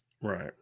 Right